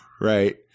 right